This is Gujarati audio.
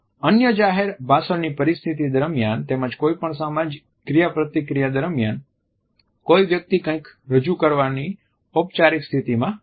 અન્ય જાહેર ભાષણની પરિસ્થિતિ દરમિયાન તેમજ કોઈપણ સામાજિક ક્રિયાપ્રતિક્રિયા દરમિયાન કોઈ વ્યક્તિ કંઈક રજૂ કરવાની ઔપચારિક સ્થિતિમાં હોય છે